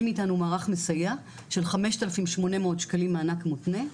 מאיתנו מערך מסייע של 5,800 ₪ מענק מותנה,